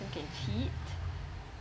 person can cheat